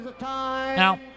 Now